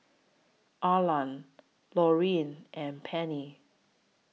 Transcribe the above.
Arlan Lauryn and Pennie